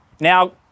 Now